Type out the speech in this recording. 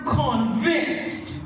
convinced